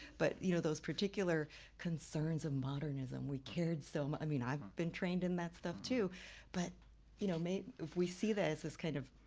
but you know those particular concerns of modernism we cared so much i mean i've been trained in that stuff too but you know maybe if we see that it's it's kind of.